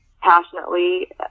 passionately